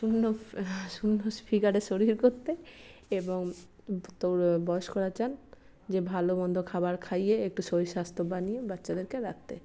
সুন্দর ফিগারের শরীর করতে এবং তো বয়স্করা চান যে ভালো মন্দ খাবার খাইয়ে একটু শরীর স্বাস্থ্য বানিয়ে বাচ্ছাদেরকে রাখতে